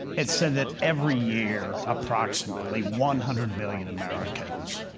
it's said that every year, approximately one hundred million americans,